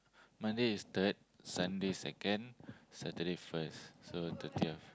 Monday is third Sunday second Saturday first so thirtieth